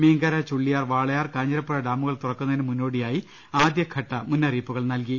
മീങ്കര ചുള്ളിയാർ വാളയാർ കാഞ്ഞിരപ്പുഴ ഡാമുകൾ തുറക്കുന്നതിന് മുന്നോടിയായി ആദ്യഘട്ട മുന്നറിയിപ്പുകൾ നൽകി